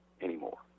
anymore